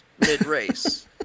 mid-race